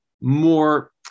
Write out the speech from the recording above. more